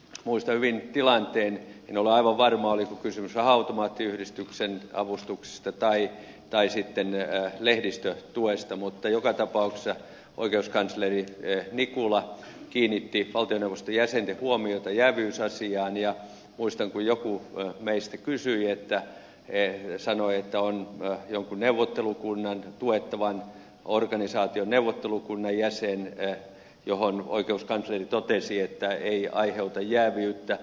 muistan hyvin tilanteen en ole aivan varma oliko kysymys raha automaattiyhdistyksen avustuksista vai sitten lehdistötuesta mutta joka tapauksessa oikeuskansleri nikula kiinnitti valtioneuvoston jäsenten huomiota jääviysasiaan ja muistan kun joku meistä sanoi että on jonkun tuettavan organisaation neuvottelukunnan jäsen mihin oikeuskansleri totesi että ei aiheuta jää viyttä